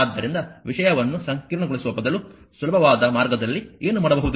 ಆದ್ದರಿಂದ ವಿಷಯವನ್ನು ಸಂಕೀರ್ಣಗೊಳಿಸುವ ಬದಲು ಸುಲಭವಾದ ಮಾರ್ಗದಲ್ಲಿ ಏನು ಮಾಡಬಹುದು